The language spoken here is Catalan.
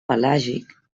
pelàgic